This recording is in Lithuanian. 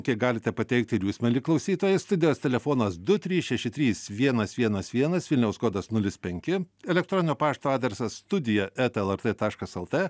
kiek galite pateikti ir jūs mieli klausytojai studijos telefonas du trys šeši trys vienas vienas vienas vilniaus kodas nulis penki elektroninio pašto adresas studija eta lrt taškas lt